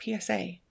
PSA